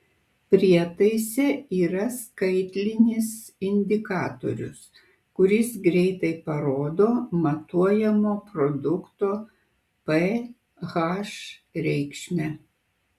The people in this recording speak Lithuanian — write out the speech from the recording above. prietaise yra skaitlinis indikatorius kuris greitai parodo matuojamo produkto ph reikšmę